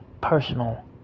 personal